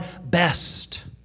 best